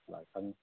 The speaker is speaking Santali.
ᱵᱟᱯᱞᱟ ᱠᱟᱹᱢᱤ